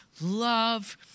love